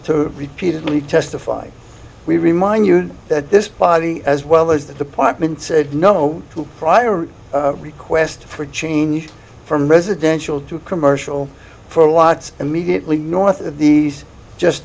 to repeatedly testify we remind you that this body as well as the department said no to prior request for change from residential to commercial for a lot immediately north of the just